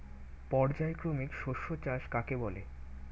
পর্যায়ক্রমিক শস্য চাষ কাকে বলে?